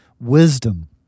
wisdom